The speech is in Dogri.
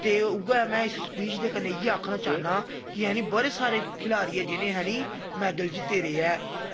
ते उऐ इस स्पीच दे कन्नै इ'यै आखना चाह्न्ना कि जानि बड़े सारे खिलाड़ी ऐ जि'नें मैडल जित्ते दे ऐ